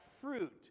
fruit